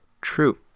true